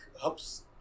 helps